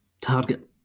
target